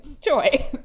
Joy